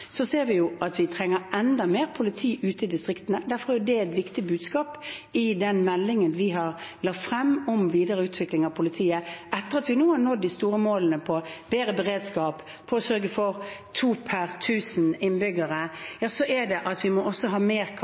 Så ser vi at vi trenger enda mer politi ute i distriktene. Derfor er det et viktig budskap i den meldingen vi la frem om videre utvikling av politiet, at etter at vi nå har nådd de store målene med bedre beredskap, med å sørge for to per tusen innbyggere, må vi også ha mer kapasitet ute i politidistriktene, og at